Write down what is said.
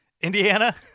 Indiana